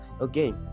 Okay